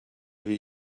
wie